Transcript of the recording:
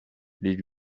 les